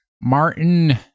Martin